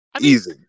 Easy